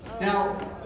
Now